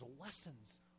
lessons